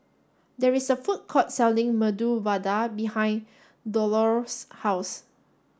there is a food court selling Medu Vada behind Dolores' house